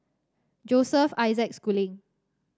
Joseph Isaac Schooling